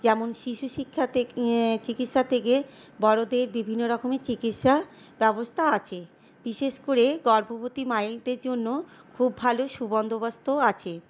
যেমন শিশু শিক্ষা থেকে চিকিৎসা থেকে বড়োদের বিভিন্ন রকমের চিকিৎসা ব্যবস্থা আছে বিশেষ করে গর্ভবতী মায়েদের জন্য খুব ভালো সুবন্দোবস্তও আছে